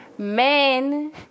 men